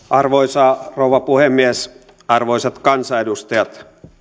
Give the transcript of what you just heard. arvoisa rouva puhemies arvoisat kansanedustajat